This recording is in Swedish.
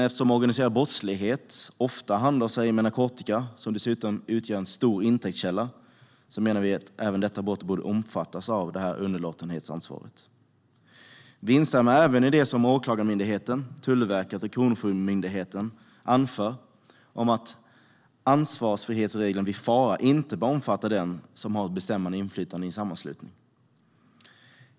Eftersom organiserad brottslighet ofta handlar med narkotika, som dessutom utgör en stor intäktskälla, menar vi att även detta brott borde omfattas av underlåtenhetsansvaret. Vi instämmer även i det som Åklagarmyndigheten, Tullverket och Kronofogdemyndigheten anför om att ansvarsfrihetsregeln vid fara inte bör omfatta den som har ett bestämmande inflytande i en sammanslutning.